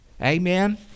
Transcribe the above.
amen